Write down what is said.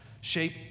shape